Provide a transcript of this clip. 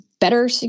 better